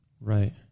Right